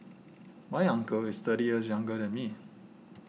my uncle is thirty years younger than me